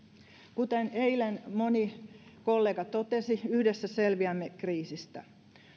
kuten eilen moni kollega totesi yhdessä selviämme kriisistä